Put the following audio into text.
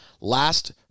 Last